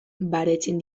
baretzen